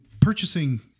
purchasing